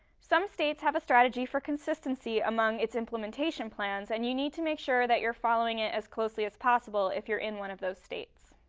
some states have a strategy for consistency among its implementation plans, and you need to make sure that you're following it as closely as possible if you're in one of those states.